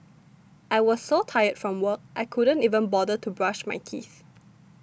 I was so tired from work I couldn't even bother to brush my teeth